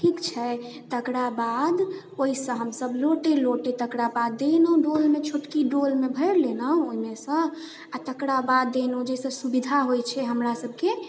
ठीक छै तकरा बाद ओहिसँ हमसब लोटे लोटे तकरा बाद देलहुँ छोटकी डोलमे भरि लेलहुँ ओहिमेसँ आ तकरा बाद देलहुँ जाहिसँ सुविधा होइत छै हमरा सबकेँ